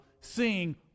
seeing